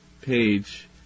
page